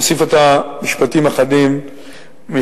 אדוני היושב-ראש, אוסיף עתה משפטים אחדים משלי.